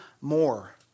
more